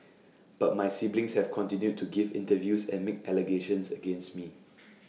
but my siblings have continued to give interviews and make allegations against me